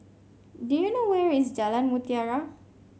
do you know where is Jalan Mutiara